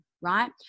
right